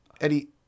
eddie